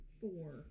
Four